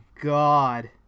God